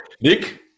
Nick